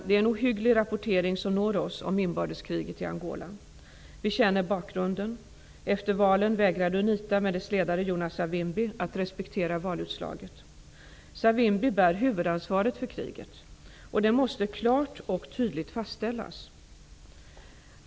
Det är en ohygglig rapportering som når oss om inbördeskriget i Angola. Vi känner bakgrunden. Efter valen vägrade Unita med dess ledare Jonas Savimbi att respektera valutslaget. Savimbi bär huvudansvaret för kriget. Detta måste klart och tydligt fastställas.